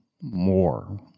more